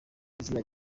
izina